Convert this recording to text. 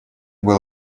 был